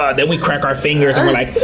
ah then we crack our fingers and we're like,